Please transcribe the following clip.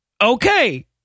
Okay